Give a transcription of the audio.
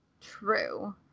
True